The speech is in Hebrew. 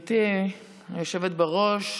גברתי היושבת-ראש,